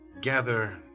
gather